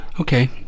Okay